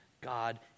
God